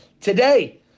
today